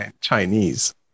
Chinese